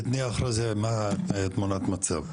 תני אחרי זה תמונת מצב.